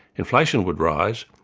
inflation would rise,